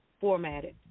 formatted